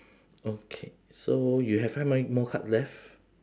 okay so you have how many more cards left